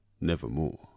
nevermore